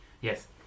Yes